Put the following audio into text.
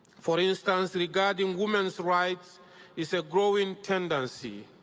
for instance, regarding women's rights is a growing tendency,